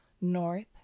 north